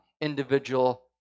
individual